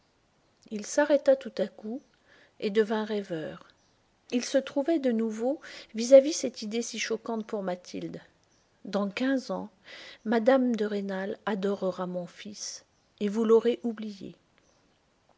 il s'arrêta tout à coup et devint rêveur il se trouvait de nouveau vis-à-vis cette idée si choquante pour mathilde dans quinze ans mme de rênal adorera mon fils et vous l'aurez oublié